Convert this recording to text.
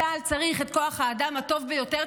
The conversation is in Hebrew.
צה"ל צריך את כוח האדם הטוב ביותר,